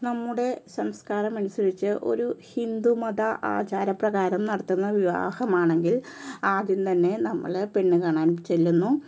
നമ്മുടെ സംസ്കാരം അനുസരിച്ച് ഒരു ഹിന്ദു മത ആചാര പ്രകാരം നടത്തുന്ന വിവാഹം ആണെങ്കിൽ ആദ്യം തന്നെ നമ്മൾ പെണ്ണു കാണാൻ ചെല്ലുന്നു